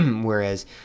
whereas